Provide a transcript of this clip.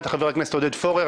חבר הכנסת עודד פורר.